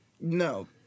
no